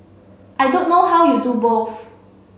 I don't know how you do both